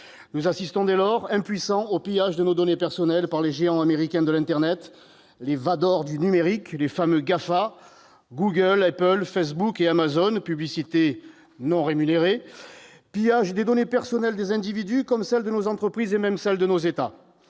Nous assistons, impuissants, au pillage de nos données personnelles par les géants américains de l'Internet, les Vador du numérique, les fameux GAFA- Google, Apple, Facebook et Amazon, publicité non rémunérée ... Pillage des données personnelles des individus, mais aussi de nos entreprises et même de nos États.